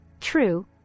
True